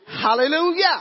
Hallelujah